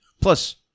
Plus